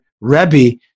Rebbe